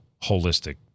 holistic